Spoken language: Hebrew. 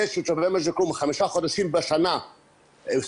זה שתושבי מג'ד אל כרום חמישה חודשים בשנה סובלים,